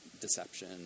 deception